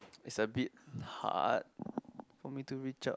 is a bit hard for me to reach out